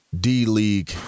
D-League